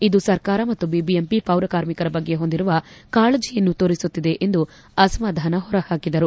ಇದು ಸರ್ಕಾರ ಮತ್ತು ಬಿಬಿಎಂಪಿ ಪೌರಕಾರ್ಮಿಕರ ಬಗ್ಗೆ ಹೊಂದಿರುವ ಕಾಳಜಯನ್ನು ತೋರಿಸುತ್ತಿದೆ ಎಂದು ಅಸಮಾಧಾನ ಹೊರಹಾಕಿದರು